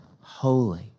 holy